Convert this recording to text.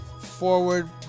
forward